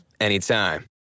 anytime